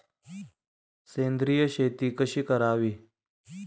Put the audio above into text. सेंद्रिय शेती कशी करावी?